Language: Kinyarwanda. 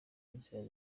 inzira